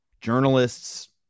Journalists